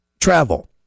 Travel